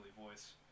voice